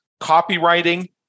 copywriting